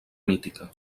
mítica